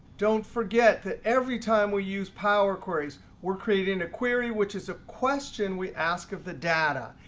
don't forget that every time we use power queries, we're creating a query which is a question we ask of the data.